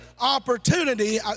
opportunity